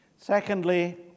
Secondly